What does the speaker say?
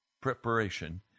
preparation